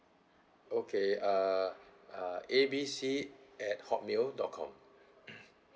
okay uh uh A B C at hotmail dot com